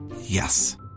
Yes